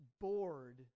bored